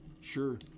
Sure